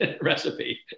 recipe